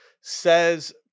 says